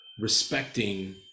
respecting